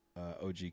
OG